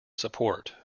support